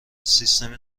سیستم